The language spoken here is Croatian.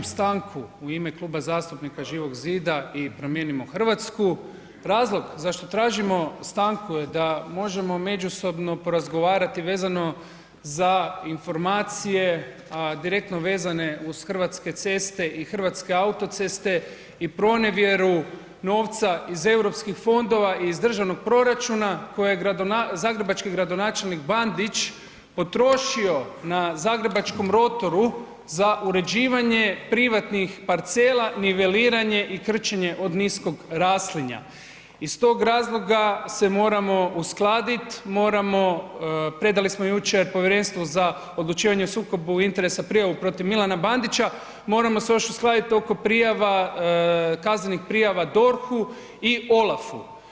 Tražim stanku u ime Kluba zastupnika Živog zida i Promijenimo Hrvatsku, razlog zašto tražimo stanku je da možemo međusobno porazgovarati vezano za informacije, a direktno vezane uz Hrvatske ceste i Hrvatske autoceste i pronevjeru novca iz Europskih fondova i iz državnog proračuna koje je zagrebački gradonačelnik Bandić potrošio na zagrebačkom rotoru za uređivanje privatnih parcela, niveliranje i krčenje od niskog raslinja, iz tog razloga se moramo uskladit, moramo, predali smo jučer Povjerenstvu za odlučivanje o sukobu interesa prijavu protiv Milana Bandića, moramo se još uskladit oko prijava, kaznenih prijava DORH-u i OLAF-u.